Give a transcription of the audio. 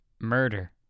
murder